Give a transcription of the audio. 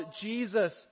Jesus